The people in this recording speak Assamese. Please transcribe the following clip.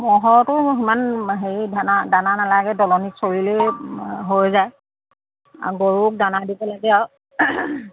ম'হৰতো সিমান হেৰি দানা দানা নালাগে দলনিত চৰিলেই হৈ যায় গৰুক দানা দিব লাগে আৰু